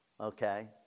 okay